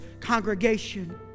congregation